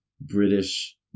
British